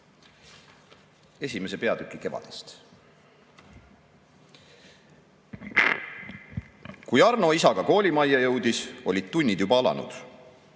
esimese peatüki "Kevadest"."Kui Arno isaga koolimajja jõudis, olid tunnid juba alanud.